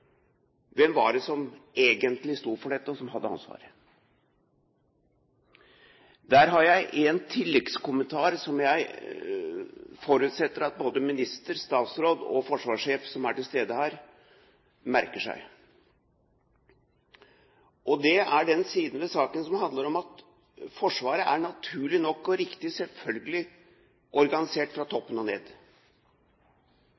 som egentlig sto for dette, og som hadde ansvaret? Jeg har en tilleggskommentar, som jeg forutsetter at både statsråd og forsvarssjef, som er til stede her, merker seg. Det gjelder den siden ved saken som handler om at Forsvaret er, naturlig nok og riktig, selvfølgelig organisert fra